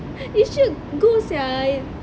you should go sia